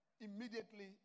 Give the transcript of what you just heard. immediately